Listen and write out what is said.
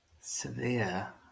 Severe